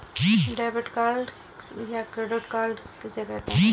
Debit या credit card किसे कहते हैं?